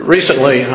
Recently